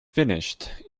finished